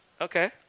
Okay